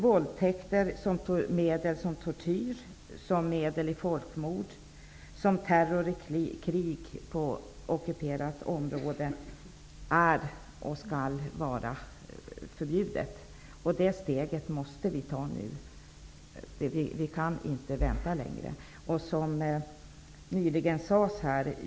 Våldtäkter som tortyr, led i folkmord och terror i krig på ockuperat område är och skall vara förbjudna. Detta steg måste vi ta nu. Vi kan inte vänta längre.